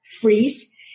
freeze